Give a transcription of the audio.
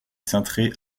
cintrées